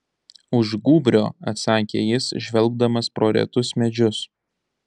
už gūbrio atsakė jis žvelgdamas pro retus medžius